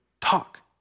talk